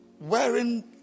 Wearing